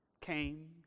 came